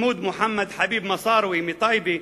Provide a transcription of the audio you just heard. מחמוד מוחמד חביב מסארווה מטייבה,